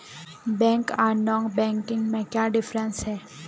Bank आर non banking में क्याँ डिफरेंस है?